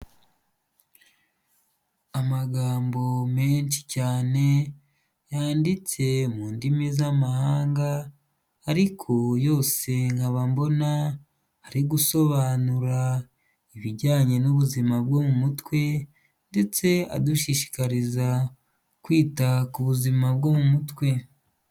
Amagambo menshi cyane yanditse mu ndimi z'amahanga ariko yose nkaba mbona ari gusobanura ibijyanye n'ubuzima bwo mu mutwe, ndetse adushishikariza kwita ku buzima bwo mu mutwe.